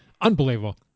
Unbelievable